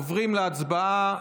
עוברים להצבעה.